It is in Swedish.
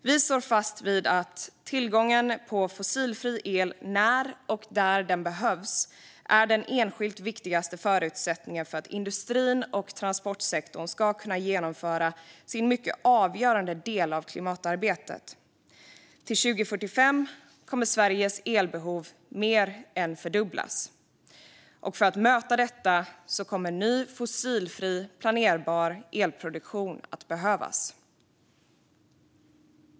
Vi står fast vid att tillgången på fossilfri el när och där den behövs är den enskilt viktigaste förutsättningen för att industrin och transportsektorn ska kunna genomföra sin mycket avgörande del av klimatarbetet. Till 2045 kommer Sveriges elbehov att mer än fördubblas. För att möta detta kommer ny fossilfri och planerbar elproduktion att behövas.